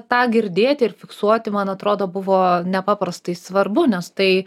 tą girdėti ir fiksuoti man atrodo buvo nepaprastai svarbu nes tai